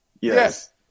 Yes